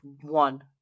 one